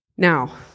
Now